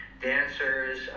dancers